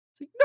no